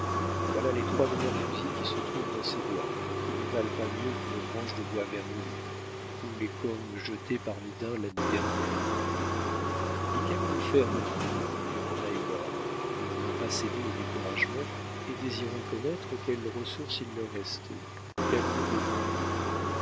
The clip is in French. voilà les trois meilleurs fusils qui se trouvent dans ces bois qui ne valent pas mieux qu'une branche de bois vermoulu ou les cornes jetées par les daims l'année dernière et qu'allons-nous faire maintenant demanda heyward ne voulant pas céder au découragement et désirant connaître quelles ressources il leur restait qu'allons-nous devenir